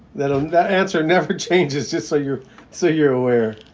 that um that answer never changes, just so you're so you're aware